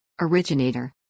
Originator